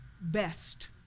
best